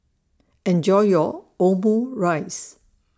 Enjoy your Omurice